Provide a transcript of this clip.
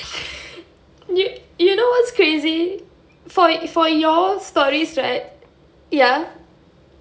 you you know what's crazy for for your stories right ya